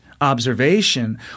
observation